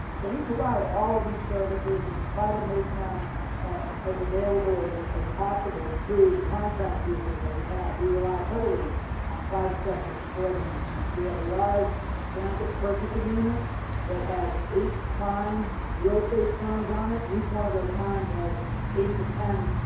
so, we provide all of these services and we try to make them as available as possible through the contract vehicles that we have. we rely heavily on private sector support on these things. we have a large blanket purchase agreement that has eight prime real estate firms on it, and each one of those primes has eight to ten